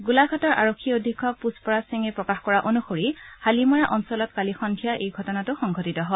গোলাঘাটৰ আৰক্ষী অধীক্ষক পুষ্পৰাজ সিঙে প্ৰকাশ কৰা অনুসৰি হালিমাৰা অঞ্চলত কালি সন্ধিয়া এই ঘটনাটো সংঘটিত হয়